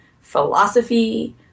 philosophy